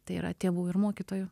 tai yra tėvų ir mokytojų